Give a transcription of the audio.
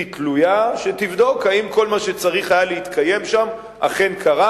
תלויה שתבדוק אם כל מה שצריך להתקיים שם אכן קרה.